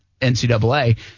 NCAA